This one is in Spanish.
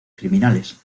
criminales